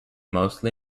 mostly